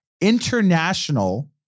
international